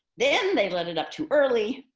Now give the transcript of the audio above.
then they let it up too early,